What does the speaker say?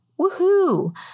Woohoo